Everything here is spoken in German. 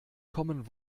common